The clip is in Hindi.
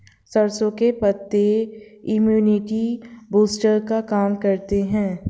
सरसों के पत्ते इम्युनिटी बूस्टर का काम करते है